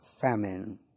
famine